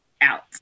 Out